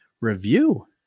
review